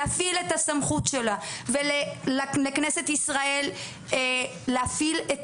להפעיל את הסמכות שלה וכנסת ישראל להפעיל את